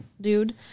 dude